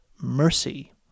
Mercy